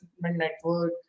Network